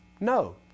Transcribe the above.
No